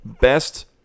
best